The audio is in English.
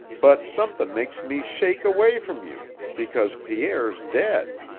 but somethin' makes me shake away from you because pierre's dead.